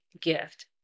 gift